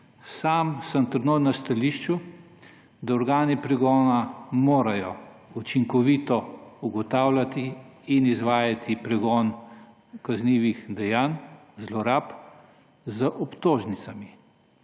Sam sem trdno na stališču, da organi pregona morajo učinkovito ugotavljati in izvajati pregon kaznivih dejanj, zlorab z obtožnicami.